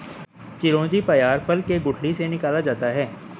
चिरौंजी पयार फल के गुठली से निकाला जाता है